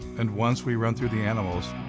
and once we run through the animals,